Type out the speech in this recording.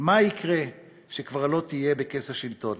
מה יקרה כשכבר לא תהיה בכס השלטון?